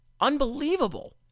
Unbelievable